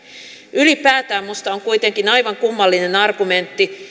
ylipäätään minusta on kuitenkin aivan kummallinen argumentti